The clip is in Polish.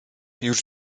już